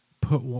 put